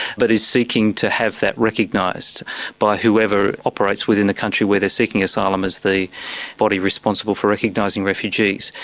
but is seeking to have that recognised by whoever whoever operates within the country where they are seeking asylum as the body responsible for recognising refugees.